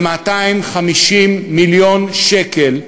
זה 250 מיליון שקל,